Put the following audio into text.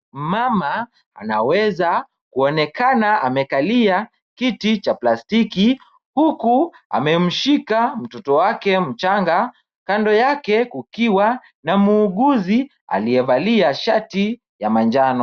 Mama anaweza, kuonekana amekalia kiti cha plastiki huku amemshika mtoto wake mchanga, kando yake kukiwa na muuguzi aliyevalia shati ya manjano.